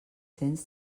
cents